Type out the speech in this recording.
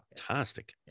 fantastic